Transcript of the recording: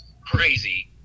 crazy